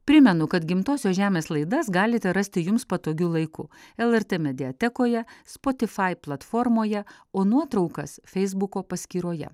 primenu kad gimtosios žemės laidas galite rasti jums patogiu laiku lrt mediatekoje spotifai platformoje o nuotraukas feisbuko paskyroje